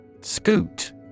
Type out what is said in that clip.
Scoot